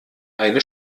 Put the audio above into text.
eine